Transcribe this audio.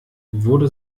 wurde